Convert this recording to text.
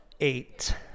eight